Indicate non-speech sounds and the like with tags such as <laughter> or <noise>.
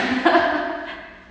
<laughs>